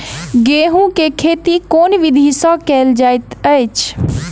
गेंहूँ केँ खेती केँ विधि सँ केल जाइत अछि?